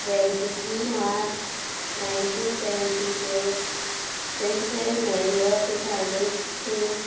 twenty three March nineteen seventy one twenty seven November two thousand two